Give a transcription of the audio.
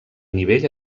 nivell